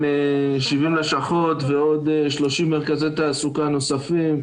70 לשכות ועוד 30 מרכזי תעסוקה נוספים,